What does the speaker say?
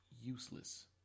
useless